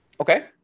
Okay